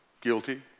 guilty